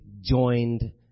joined